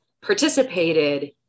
participated